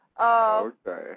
Okay